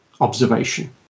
observation